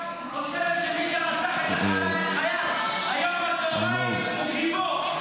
חושבת שמי שרצח את החייל היום בצוהריים הוא גיבור.